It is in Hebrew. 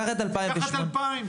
קח את שנת 2000,